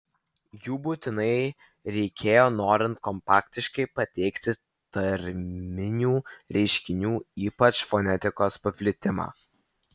jų būtinai reikėjo norint kompaktiškai pateikti tarminių reiškinių ypač fonetikos paplitimą